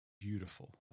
beautiful